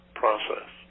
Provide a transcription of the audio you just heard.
process